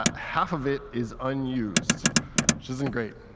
ah half of it is unused. which isn't great.